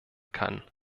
kann